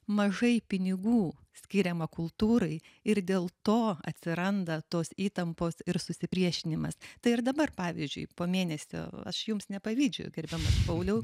mažai pinigų skiriama kultūrai ir dėl to atsiranda tos įtampos ir susipriešinimas tai ir dabar pavyzdžiui po mėnesio aš jums nepavydžiu gerbiamas pauliau